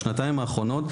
בשנתיים האחרונות,